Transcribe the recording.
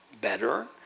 better